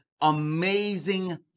amazing